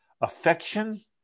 affection